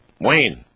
Wayne